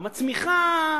מצמיחה,